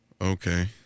Okay